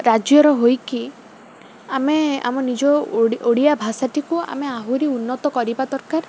ରାଜ୍ୟର ହୋଇକି ଆମେ ଆମ ନିଜ ଓଡ଼ିଆ ଭାଷାଟିକୁ ଆମେ ଆହୁରି ଉନ୍ନତ କରିବା ଦରକାର